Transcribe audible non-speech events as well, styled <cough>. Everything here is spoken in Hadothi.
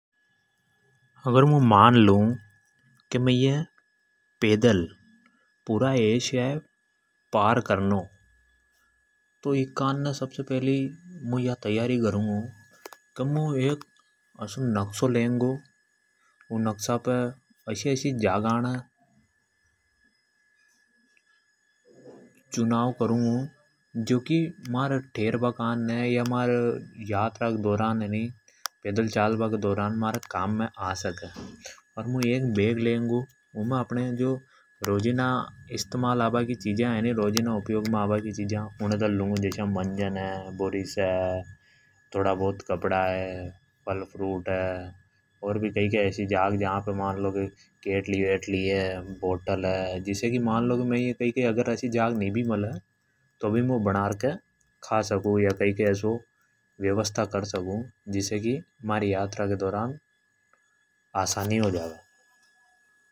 अगर मुं मान लू की मई ये पुरा एशिया पैदल पार करनी। तो इनकी तैयारी मे मुं सबसे फेलि एक नकशा लेनगु। अर वु नक्शा पे असि असि जागा ने <hesitation> चुनाव करूँगु। जो महारे पैदल चाल बा के दौ रन रुकबा मे काम आवे। अर मुं एक बेग लेगु। जिमे रोजीना काम मे आबा की चिजा धर लुंगु। जस्या की मंजन हैं, ब्रश है, कपड़ा है बोटल है, केतली है। अगर मे असि जाग नि बी मले तो मु बना र के खा सकूँ। अर कई कई असि व्यवस्था कर सकूँ। जिसे महारी यात्रा के दौरान आसानी हो जावे।